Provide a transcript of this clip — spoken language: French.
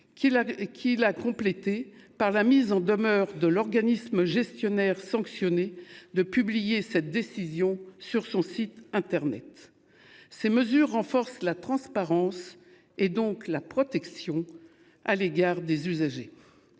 qui a complété par la mise en demeure de l'organisme gestionnaire, sanctionné de publier cette décision sur son site internet. Ces mesures renforcent la transparence et donc la protection à l'égard des usagers.